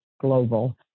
global